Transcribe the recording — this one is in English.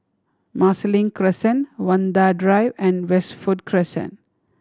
Marsiling Crescent Vanda Drive and Westwood Crescent